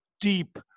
deep